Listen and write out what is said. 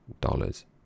dollars